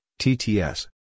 TTS